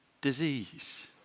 disease